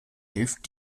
hilft